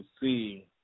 see